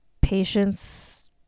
patients